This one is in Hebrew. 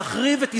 להחריב את ישראל.